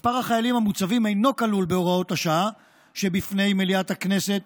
מספר החיילים המוצבים אינו כלול בהוראות השעה שלפני מליאת הכנסת,